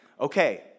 Okay